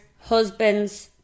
Husband's